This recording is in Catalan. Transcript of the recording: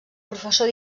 professor